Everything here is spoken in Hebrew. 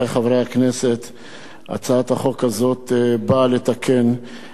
אנחנו ניגשים להצעת החוק הבאה: הצעת חוק רשות השידור (תיקון מס' 28)